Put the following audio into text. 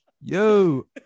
yo